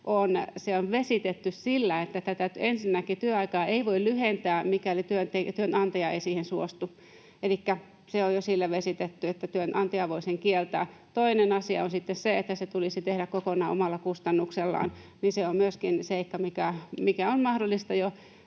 on vesitetty sillä, että ensinnäkään työaikaa ei voi lyhentää, mikäli työnantaja ei siihen suostu, elikkä se on jo sillä vesitetty, että työnantaja voi sen kieltää. Toinen asia on sitten se, että se tulisi tehdä kokonaan omalla kustannuksella. Se on myöskin seikka, mikä on jo mahdollista.